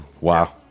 Wow